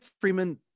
Freeman